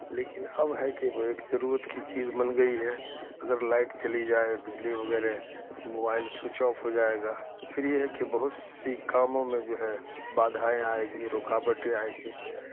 لیکن اب ہے کہ ایک ضرورت کی چیز بن گئی ہے اگر لائٹ چلی جائے بجلی وغیرہ تو موبائل سوئچ آف ہو جائے گا پھر یہ ہے کہ بہت سی کاموں میں جو ہے بادھائیں آئے گی رکاوٹیں آئیں گی